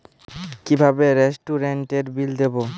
কিভাবে রেস্টুরেন্টের বিল দেবো?